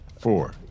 four